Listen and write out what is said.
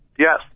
Yes